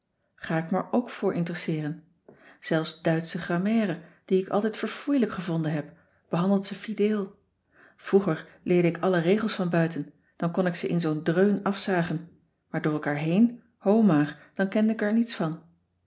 ga ik me er ook voor interesseeren zelfs duitsche grammaire die ik altijd verfoeielijk gevonden heb behandelt ze fideel vroeger leerde ik alle regels van buiten dan kon ik ze in zoo'n dreun afzagen maar door elkaar heen ho maar dan kende ik er niets van